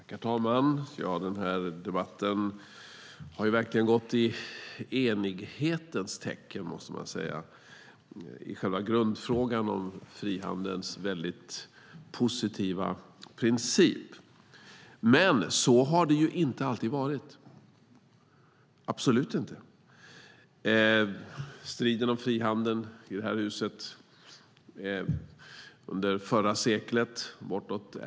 Herr talman! Debatten har verkligen gått i enighetens tecken i själva grundfrågan om frihandelns positiva princip. Men så har det inte alltid varit, absolut inte. Striden om frihandeln hölls i detta hus under förra seklet.